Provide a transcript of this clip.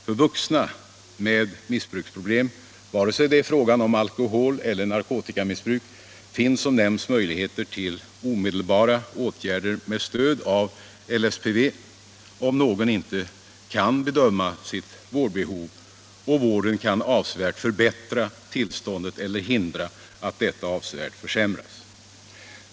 För vuxna med missbruksproblem — vare sig det är fråga om alkoholeller narkotikamissbruk — finns som nämnts möjligheter till omedelbara åtgärder med stöd av LSPV, om någon inte kan bedöma sitt vårdbehov och vården avsevärt kan förbättra tillståndet eller hindra att detta avsevärt försämras.